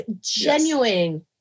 genuine